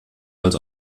als